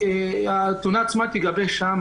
והתלונה עצמה תיגבה שם.